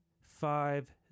five